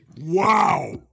Wow